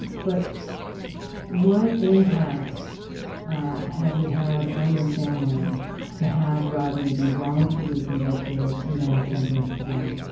but what impact has it had on your family to have rodney be wrongfully convicted and then sentenced to death?